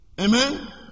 Amen